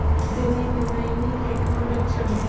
सेमी मे मईनी के कौन लक्षण हे?